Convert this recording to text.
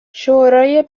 شورای